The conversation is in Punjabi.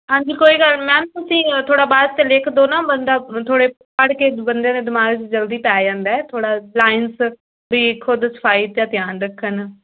ਹਾਂਜੀ ਕੋਈ ਗੱਲ ਨਹੀਂ ਮੈਮ ਤੁਸੀਂ ਥੋੜ੍ਹਾ ਬਸ 'ਤੇ ਲਿਖ ਦੋ ਨਾ ਬੰਦਾ ਥੋੜ੍ਹੇ ਪੜ੍ਹ ਕੇ ਬੰਦੇ ਨੇ ਦਿਮਾਗ 'ਚ ਜਲਦੀ ਪੈ ਜਾਂਦਾ ਥੋੜ੍ਹਾ ਲਾਇੰਸ ਵੀ ਖੁਦ ਸਫਾਈ ਦਾ ਧਿਆਨ ਰੱਖਣ